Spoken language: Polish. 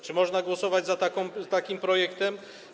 Czy można głosować za takim projektem?